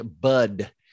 bud